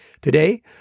Today